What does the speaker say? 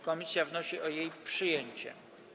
Komisja wnosi o jej przyjęcie.